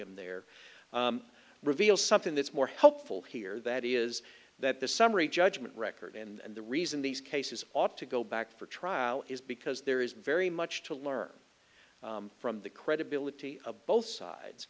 curiam there reveals something that's more helpful here that is that the summary judgment record and the reason these cases ought to go back for trial is because there is very much to learn from the credibility of both sides